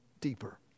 deeper